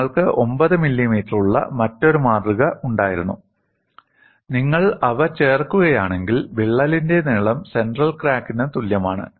നിങ്ങൾക്ക് 9 മില്ലിമീറ്ററുള്ള മറ്റൊരു മാതൃക ഉണ്ടായിരുന്നു നിങ്ങൾ അവ ചേർക്കുകയാണെങ്കിൽ വിള്ളലിന്റെ നീളം സെൻട്രൽ ക്രാക്കിന് തുല്യമാണ്